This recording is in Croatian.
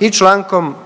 i člankom